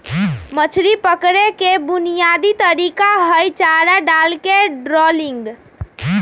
मछरी पकड़े के बुनयादी तरीका हई चारा डालके ट्रॉलिंग